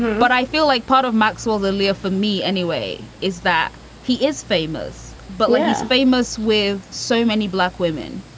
but i feel like part of maxwell's earlier for me anyway is that he is famous but less famous with so many black women.